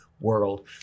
world